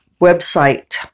website